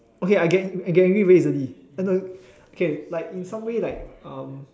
okay I get I get angry very easily uh no okay like in some ways like um